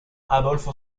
adolfo